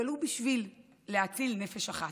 ולו בשביל להציל נפש אחת.